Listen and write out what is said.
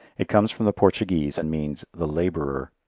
it comes from the portuguese, and means the labourer,